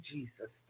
Jesus